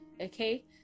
okay